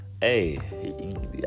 Hey